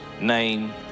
name